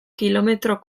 kilometro